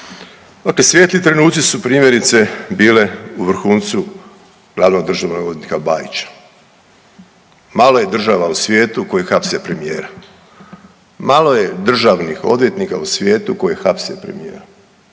svijetli trenuci su primjerice bile u vrhuncu glavnog državnog odvjetnika Bajića, malo je država u svijetu koji hapse premijera, malo je državnih odvjetnika u svijetu koji hapse premijera,